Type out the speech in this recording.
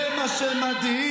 זה מה שמדהים,